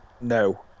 No